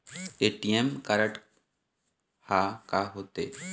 ATM card हा का होते?